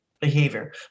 behavior